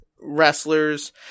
wrestlers